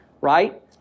right